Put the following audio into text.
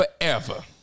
forever